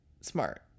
smart